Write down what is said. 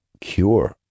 cure